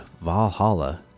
Valhalla